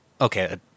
okay